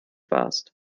warst